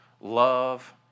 love